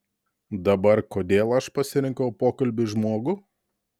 dabar kodėl aš pasirinkau pokalbiui žmogų